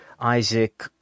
Isaac